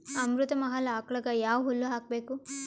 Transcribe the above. ಅಮೃತ ಮಹಲ್ ಆಕಳಗ ಯಾವ ಹುಲ್ಲು ಹಾಕಬೇಕು?